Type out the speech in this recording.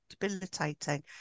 debilitating